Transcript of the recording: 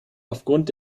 aufgrund